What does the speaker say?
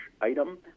item